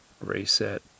reset